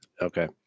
okay